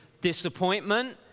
disappointment